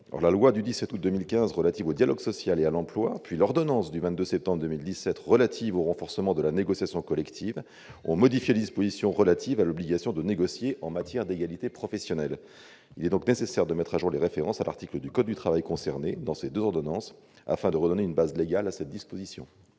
la loi du 17 août 2015 relative au dialogue social et à l'emploi, puis l'ordonnance du 22 septembre 2017 relative au renforcement de la négociation collective ont modifié les dispositions relatives à l'obligation de négocier en matière d'égalité professionnelle. Il est donc nécessaire de mettre à jour les références à l'article du code du travail concerné dans ces deux ordonnances afin de redonner une base légale à cette disposition.